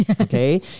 Okay